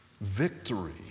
victory